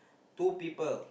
two people